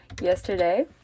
yesterday